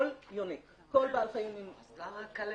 למה המחלה נקראת "כלבת"?